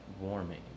warming